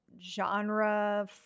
genre